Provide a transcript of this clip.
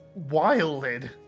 wilded